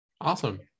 Awesome